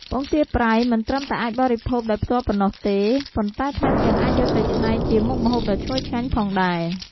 ពងទាប្រៃមិនត្រឹមតែអាចបរិភោគដោយផ្ទាល់ប៉ុណ្ណោះទេ ប៉ុន្តែថែមទាំងអាចយកទៅច្នៃជាមុខម្ហូបដ៏ឈ្ងុយឆ្ងាញ់ផងដែរ។